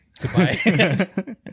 goodbye